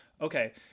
okay